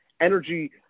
energy